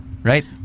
Right